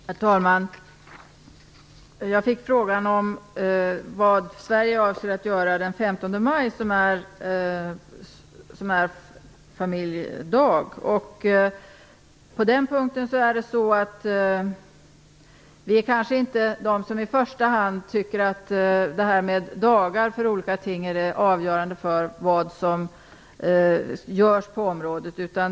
Herr talman! Jag fick frågan om vad Sverige avser att göra den 15 maj, som är en familjedag. Vi kanske inte i första hand tycker att dagar för olika ting är avgörande för vad som görs på området.